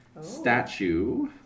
statue